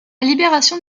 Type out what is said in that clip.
libération